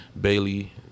Bailey